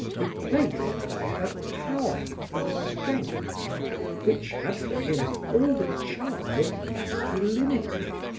replaced by her power and strength which had for him all the charm of masculinity.